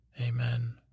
Amen